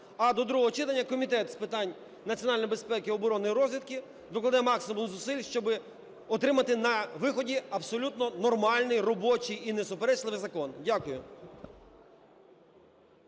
А до другого читання Комітет з питань національної безпеки, оборони і розвідки докладе максимум зусиль, щоби отримати на виході абсолютно нормальний робочий і несуперечливий закон. Дякую.